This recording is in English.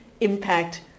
impact